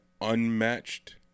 unmatched